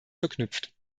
verknüpft